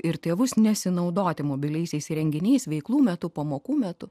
ir tėvus nesinaudoti mobiliaisiais įrenginiais veiklų metu pamokų metu